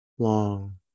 long